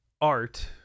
art